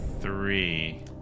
Three